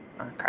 Okay